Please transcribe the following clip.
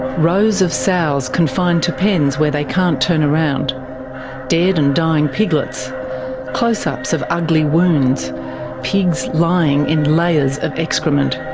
rows of sows confined to pens where they can't turn around dead and dying piglets close ups of ugly wounds pigs lying in layers of excrement.